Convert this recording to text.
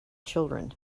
children